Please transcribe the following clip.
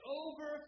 over